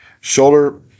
Shoulder